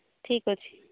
ଠିକ୍ ଅଛି